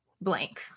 Blank